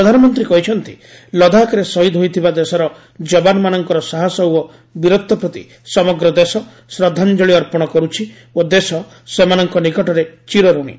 ପ୍ରଧାନମନ୍ତ୍ରୀ କହିଛନ୍ତି ଲଦାଖରେ ସହିଦ ହୋଇଥିବା ଦେଶର ଜବାନମାନଙ୍କର ସାହସ ଓ ବୀରତ୍ୱ ପ୍ରତି ସମଗ୍ର ଦେଶ ଶ୍ରଦ୍ଧାଞ୍ଜଳି ଅର୍ପଣ କରୁଛି ଓ ଦେଶ ସେମାନଙ୍କ ନିକଟରେ ଚିର ଋଣୀ